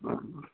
మ్మ్